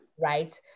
Right